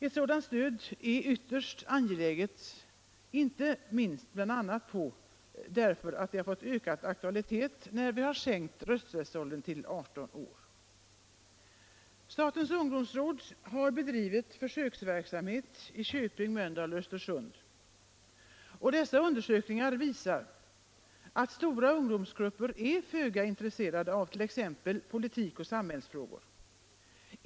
Ett sådant stöd är ytterst angeläget och har fått ökad aktualitet bl.a. och inte minst därför att rösträttsåldern har sänkts till 18 år. Statens ungdomsråd har bedrivit försöksverksamhet i Köping, Mölndal och Östersund. Dessa undersökningar visar att stora ungdomsgrupper är föga intresserade av t.ex. politik och samhällsfrågor.